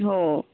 हो